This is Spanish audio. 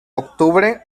octubre